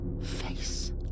face